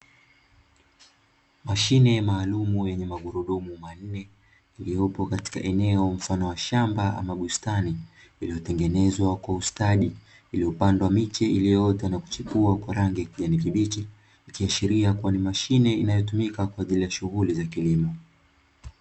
Mashine maalum yenye magurudumu manne, iliyopo katika eneo mfano wa shamba ama bustani, iliyotengenezwa kwa ustadi iliyopandwa miche iliyoota na kuchipua kwa rangi ya kijani kibichi, ikiashiria kua ni mashine inayotumika kwa ajili ya shughuli za kilimo.